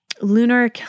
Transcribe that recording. lunar